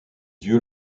yeux